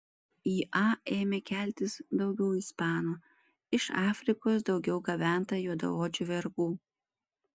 į a ėmė keltis daugiau ispanų iš afrikos daugiau gabenta juodaodžių vergų